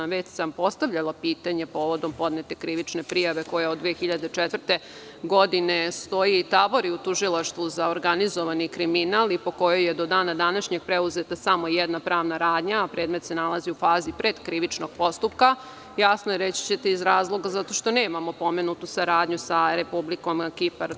Već sam postavljala pitanje povodom podnete krivične prijave koja od 2004. godine stoji i tavori u Tužilaštvu za organizovani kriminal i po kojoj je do dana današnjeg preuzeta samo jedna pravna radnja, a predmet se nalazi u fazi pretkrivičnog postupka, jasno je, reći ćete, iz razloga zato što nemamo pomenutu saradnju sa Republikom Kipar.